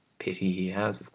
pity he has,